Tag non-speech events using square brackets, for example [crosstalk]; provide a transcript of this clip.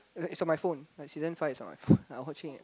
it's on my phone like season five is on my phone [breath] I watching it